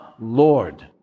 Lord